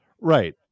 Right